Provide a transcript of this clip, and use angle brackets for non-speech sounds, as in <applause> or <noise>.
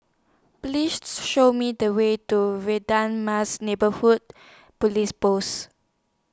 Please <noise> Show Me The Way to <unintelligible> Mas Neighbourhood Police Post